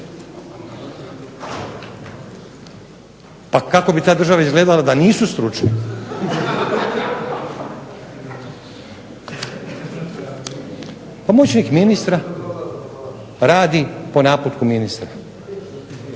Pa kako bi ta država izgledala da nisu stručni. Pomoćnik ministra radi po naputku ministra.